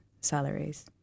salaries